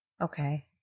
Okay